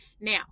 Now